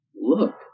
look